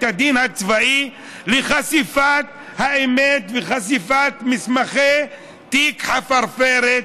הדין הצבאי לחשיפת האמת וחשיפת מסמכי תיק חפרפרת,